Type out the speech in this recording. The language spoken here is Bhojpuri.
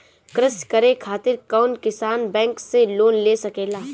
कृषी करे खातिर कउन किसान बैंक से लोन ले सकेला?